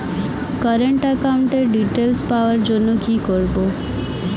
Current একাউন্টের details পাওয়ার জন্য কি করব?